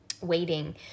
waiting